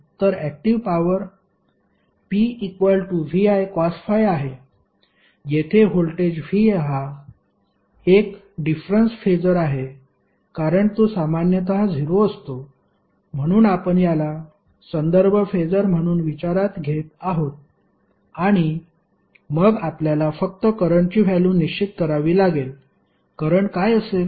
तर active power P VI cos φ आहे येथे व्होल्टेज V हा एक डिफरंन्स फेसर आहे कारण तो सामान्यत 0 असतो म्हणून आपण याला संदर्भ फेसर म्हणून विचारात घेत आहोत आणि मग आपल्याला फक्त करंटची व्हॅल्यु निश्चित करावी लागेल करंट काय असेल